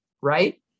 right